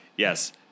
Yes